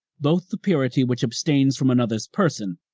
both the purity which obtains from another's person,